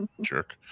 Jerk